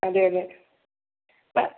അതെ അതെ വ